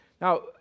Now